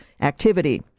activity